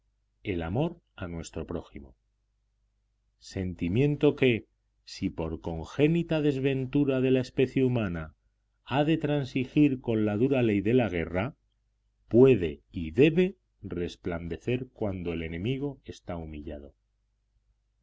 el amor a nuestro prójimo sentimiento que si por congénita desventura de la humana especie ha de transigir con la dura ley de la guerra puede y debe resplandecer cuando el enemigo está humillado